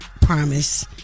promise